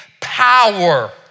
power